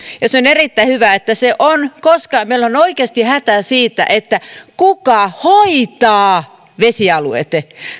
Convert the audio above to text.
ja on erittäin hyvä että se on koska meillä on oikeasti hätä siitä kuka hoitaa vesialueet